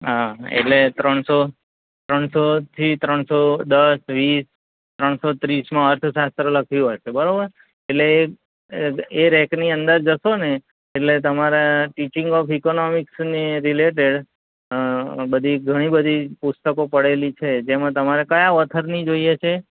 હા એટલે ત્રણસો ત્રણસોથી ત્રણસો દસ વીસ ત્રણસો ત્રીસનું અર્થશાસ્ત્ર લખ્યું હશે બરોબર એટલે એ એ રેકની અંદર જશો ને એટલે તમારે ટીચિંગ ઓફ ઇકોનોમિક્સને રિલેટેડ બધી ઘણી બધી પુસ્તકો પડેલી છે જેમાં તમારે કયા ઓથરની જોઈએ છે